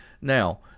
Now